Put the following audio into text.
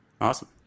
Awesome